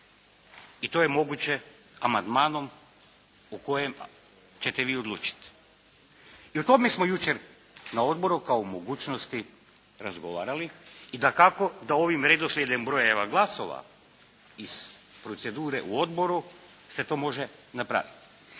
I to je moguće amandmanom u kojem ćete vi odlučiti. I o tome smo jučer na odboru kao o mogućnosti razgovarali. I dakako da ovim redoslijedom brojeva glasova iz procedure u odboru se to može napraviti.